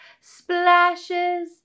splashes